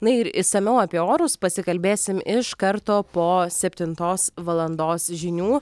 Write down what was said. na ir išsamiau apie orus pasikalbėsim iš karto po septintos valandos žinių